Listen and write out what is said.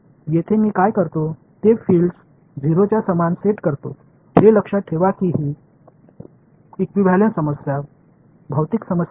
येथे मी काय करतो ते फील्ड्स 0 च्या समान सेट करतो हे लक्षात ठेवा की ही इक्विव्हॅलेंट समस्या भौतिक समस्या नाही